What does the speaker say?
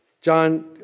John